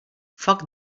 foc